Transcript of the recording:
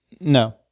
No